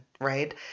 right